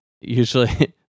usually